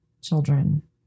children